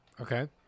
Okay